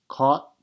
caught